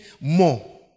more